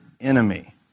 enemy